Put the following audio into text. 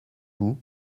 vous